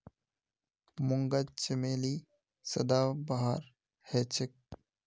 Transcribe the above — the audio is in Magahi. मूंगा चमेली सदाबहार हछेक